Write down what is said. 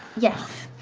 yes.